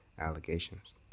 allegations